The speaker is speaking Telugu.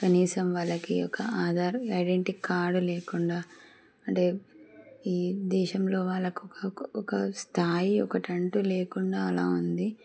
కనీసం వాళ్ళకి ఒక ఆధార్ ఐడెన్టీ కార్డు లేకుండా అంటే ఈ దేశంలో వాళ్ళకు ఒక ఒక స్థాయి ఒకటంటూ లేకుండా అలా ఉంది